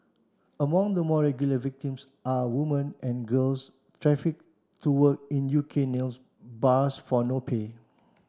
among the more regular victims are woman and girls to work in U K nail bars for no pay